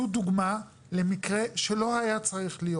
זו דוגמה למקרה שלא היה צריך להיות.